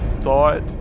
thought